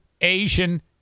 Asian